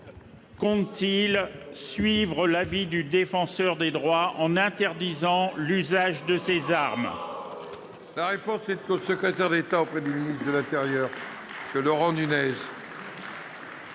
compte-t-il suivre l'avis du Défenseur des droits en interdisant l'usage de ces armes ? La parole est à M. le secrétaire d'État auprès du ministre de l'intérieur. Monsieur le